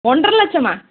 ஒன்றரை லட்சமா